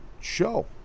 show